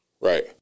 Right